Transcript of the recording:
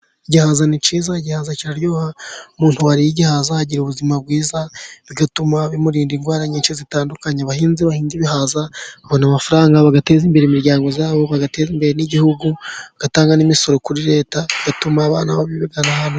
Igihaza ni cyiza. Igihaza kiraryoha umuntu wakiriye agira ubuzima bwiza, bigatuma bimurinda indwara nyinshi zitandukanye. Abahinzi bahinga bihaza babona amafaranga bagateza imbere imiryango yabo, bagateza imbere n'Igihugu bagatanga n'imisoro kuri leta batuma abana biga.